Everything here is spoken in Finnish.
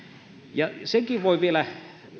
ja senkin voi vielä